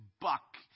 buck